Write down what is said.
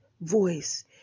voice